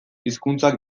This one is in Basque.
hizkuntzak